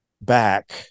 back